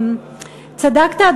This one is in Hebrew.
צדקת,